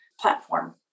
platform